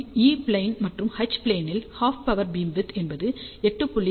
E plane மற்றும் H plane இல் half power beamwidth என்பது 8